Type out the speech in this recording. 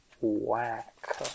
Whack